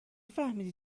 فهمیدی